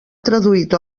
traduït